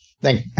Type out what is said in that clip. Thank